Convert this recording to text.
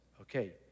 okay